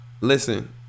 listen